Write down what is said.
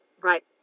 Right